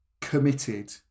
committed